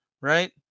right